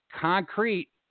concrete